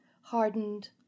hardened